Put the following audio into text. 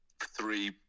three